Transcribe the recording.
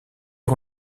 est